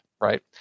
right